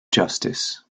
justice